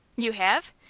you have?